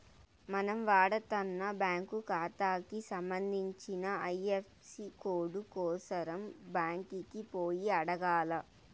మనం వాడతన్న బ్యాంకు కాతాకి సంబంధించిన ఐఎఫ్ఎసీ కోడు కోసరం బ్యాంకికి పోయి అడగాల్ల